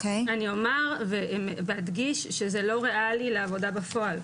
אני אומר ואדגיש שזה לא ריאלי לעבודה בפועל,